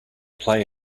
play